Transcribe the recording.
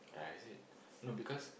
ah is it not because